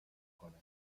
کنه